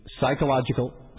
psychological